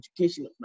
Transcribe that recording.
education